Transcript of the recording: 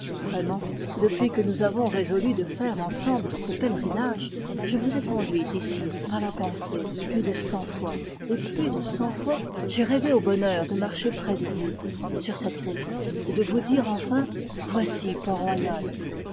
vraiment depuis que nous avons résolu de faire ensemble ce pèlerinage je vous ai conduite ici par la pensée plus de cent fois et plus de cent fois j'ai rêvé au bonheur de marcher près de vous sur cette route et de vous dire enfin